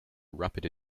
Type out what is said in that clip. rapid